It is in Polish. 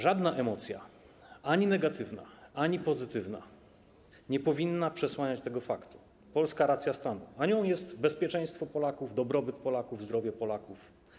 Żadna emocja, ani negatywna, ani pozytywna, nie powinna przesłaniać tego faktu: polska racja stanu, a nią jest bezpieczeństwo Polaków, dobrobyt Polaków, zdrowie Polaków.